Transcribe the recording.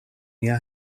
nia